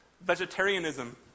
vegetarianism